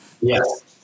Yes